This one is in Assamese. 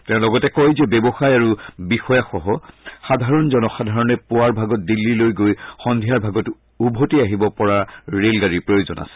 তেওঁ লগতে কয় যে ব্যৱসায় আৰু বিষয়াসহ সাধাৰণ জনসাধাৰণে পুৱাৰ ভাগত দিল্লীলৈ গৈ সন্ধিয়াৰ ভাগত উভতি আহিব পৰা ৰেলগাড়ীৰ প্ৰয়োজন আছে